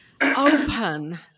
open